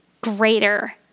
greater